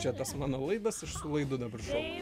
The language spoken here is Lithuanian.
čia tas mano laidas aš su laidu dabar šok